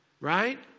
right